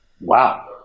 Wow